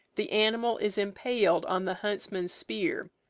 the animal is impaled on the huntsman's spear,